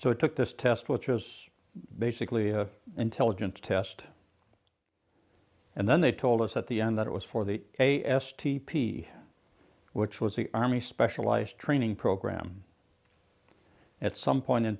so i took this test which was basically an intelligence test and then they told us at the end that it was for the a s t p which was the army specialized training program at some point in